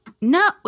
no